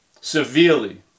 Severely